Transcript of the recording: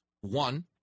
One